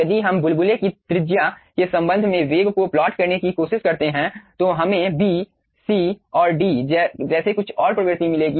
यदि हम बुलबुले की त्रिज्या के संबंध में वेग को प्लॉट करने की कोशिश करते हैं तो हमें बी सी और डी जैसे कुछ और प्रवृत्ति मिलेगी